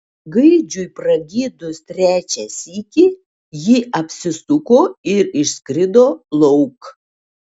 gaidžiui pragydus trečią sykį ji apsisuko ir išskrido lauk